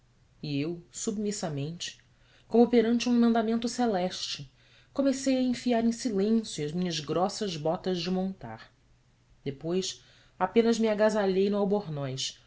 e eu submissamente como perante um mandamento celeste comecei a enfiar em silêncio as minhas grossas botas de montar depois apenas me agasalhei no albornoz